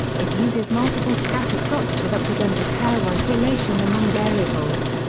it uses multiple scatter plots to represent a pairwise relation among variables.